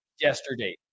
yesterday